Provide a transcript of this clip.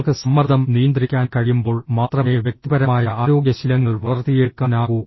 നിങ്ങൾക്ക് സമ്മർദ്ദം നിയന്ത്രിക്കാൻ കഴിയുമ്പോൾ മാത്രമേ വ്യക്തിപരമായ ആരോഗ്യ ശീലങ്ങൾ വളർത്തിയെടുക്കാനാകൂ